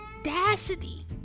audacity